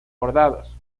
bordados